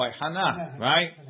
right